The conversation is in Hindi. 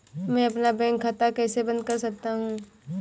मैं अपना बैंक खाता कैसे बंद कर सकता हूँ?